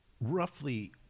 Roughly